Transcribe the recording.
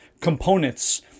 components